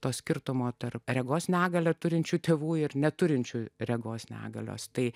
to skirtumo tarp regos negalią turinčių tėvų ir neturinčių regos negalios tai